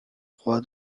roi